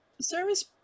service